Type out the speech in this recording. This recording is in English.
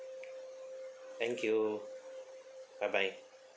thank you bye bye